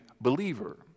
believer